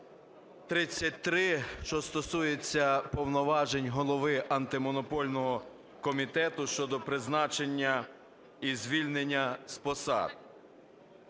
33, що стосується повноважень голови Антимонопольного комітету щодо призначення і звільнення з посад.